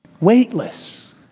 weightless